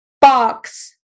box